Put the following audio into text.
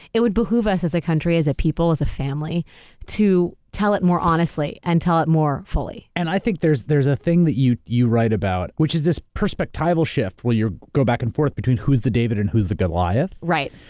it would behoove us as a country, as a people, as a family to tell it more honestly and tell it more fully. and i think there's there's a thing that you you write about which is this perspective shift when you go back and forth between who's the david and who's the goliath. right.